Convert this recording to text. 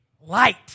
Light